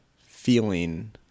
feeling